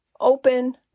open